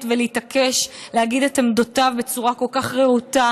ולהתעקש להגיד את עמדותיה בצורה כל כך רהוטה